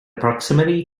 proximity